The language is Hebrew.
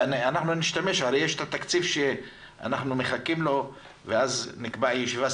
הרי יש את התקציב שאנחנו מחכים לו ואז נקבע ישיבה.